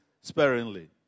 sparingly